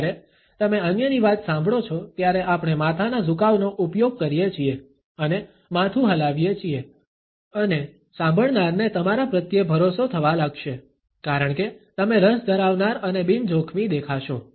જ્યારે તમે અન્યની વાત સાંભળો છો ત્યારે આપણે માથાના ઝુકાવનો ઉપયોગ કરીએ છીએ અને માથું હલાવીએ છીએ અને સાંભળનારને તમારા પ્રત્યે ભરોસો થવા લાગશે કારણ કે તમે રસ ધરાવનાર અને બિન જોખમી દેખાશો